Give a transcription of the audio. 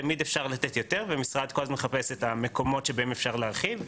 תמיד אפשר לתת יותר והמשרד מחפש כל הזמן את המקומות שבהם אפשר להרחיב,